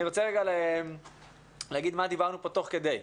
אני רוצה להגיד מה דיברנו פה תוך כדי הישיבה.